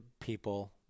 people